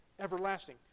Everlasting